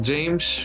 James